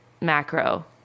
macro